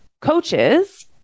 coaches